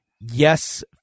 yes